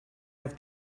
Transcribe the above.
have